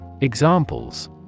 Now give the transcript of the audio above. Examples